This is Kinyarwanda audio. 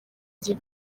gihe